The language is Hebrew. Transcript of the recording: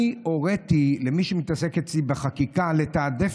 אני הוריתי למי שמתעסק אצלי בחקיקה לתעדף